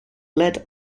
lead